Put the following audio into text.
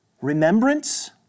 remembrance